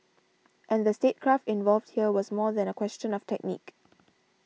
and the statecraft involved here was more than a question of technique